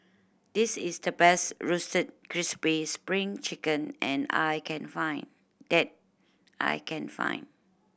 this is the best Roasted Crispy Spring Chicken and I can find that I can find